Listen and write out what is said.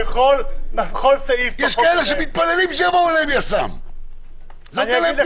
אתה עכשיו בכל סעיף בחוק הזה --- יש